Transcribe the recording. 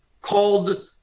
called